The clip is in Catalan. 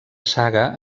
saga